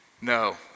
No